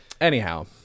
anyhow